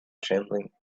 trembling